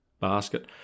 basket